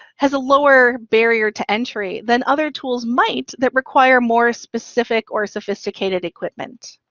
has a lower barrier to entry than other tools might that require more specific or sophisticated equipment.